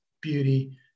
beauty